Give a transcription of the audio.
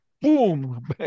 boom